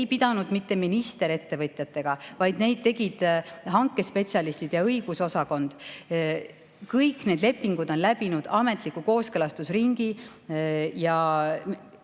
pidanud mitte minister ettevõtjatega, vaid seda tegid hankespetsialistid ja õigusosakond. Kõik need lepingud on läbinud ametliku kooskõlastusringi,